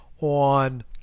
on